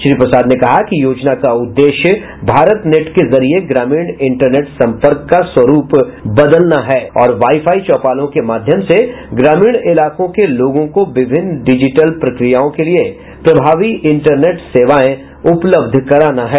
श्री प्रसाद ने कहा कि योजना का उद्देश्य भारतनेट के जरिए ग्रामीण इंटरनेट संपर्क का स्वरूप बदलना है और वाई फाई चौपालों के माध्यम से ग्रामीण इलाकों के लोगों को विभिन्न डिजिटल प्रक्रियाओं के लिए प्रभावी इंटरनेट सेवाएं उपलब्ध कराना है